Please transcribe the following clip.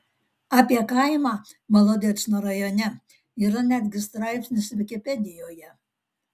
apie kaimą molodečno rajone yra netgi straipsnis vikipedijoje